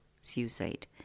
suicide